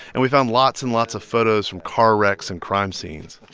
and we found lots and lots of photos from car wrecks and crime scenes